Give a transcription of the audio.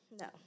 no